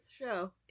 show